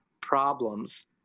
problems